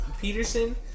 Peterson